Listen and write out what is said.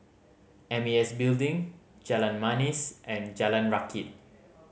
M A S Building Jalan Manis and Jalan Rakit